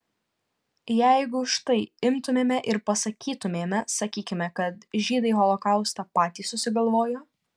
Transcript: jeigu štai imtumėme ir pasakytumėme sakykime kad žydai holokaustą patys susigalvojo